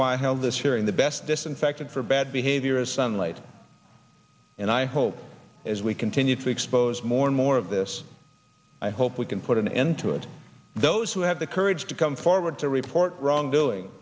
have this hearing the best disinfectant for bad behavior is sunlight and i hope as we continue to expose more and more of this i hope we can put an end to it those who have the courage to come forward to report wrongdoing